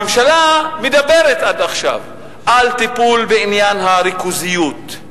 הממשלה מדברת עד עכשיו על טיפול בעניין הריכוזיות.